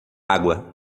água